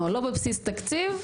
לא בבסיס תקציב.